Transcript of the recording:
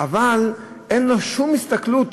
אבל אין לו שום הסתכלות